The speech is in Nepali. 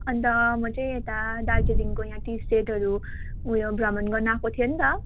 अन्त म चाहिँ यता दार्जिलिङको यहाँ टी स्टेटहरू ऊ यो भ्रमण गर्नु आएको थियो नि त